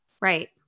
Right